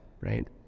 right